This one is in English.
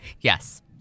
Yes